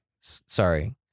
sorry